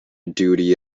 duty